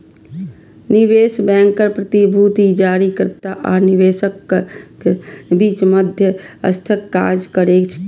निवेश बैंकर प्रतिभूति जारीकर्ता आ निवेशकक बीच मध्यस्थक काज करै छै